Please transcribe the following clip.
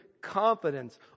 confidence